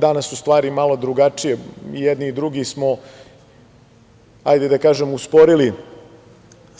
Danas su stvari malo drugačije, i jedni i drugi smo, hajde da kažem, usporili